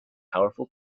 powerful